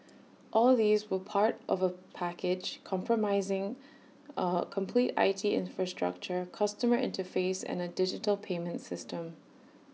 all these were part of A package compromising A complete I T infrastructure customer interface and A digital payment system